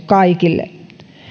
kaikille